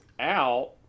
out